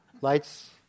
lights